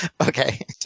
Okay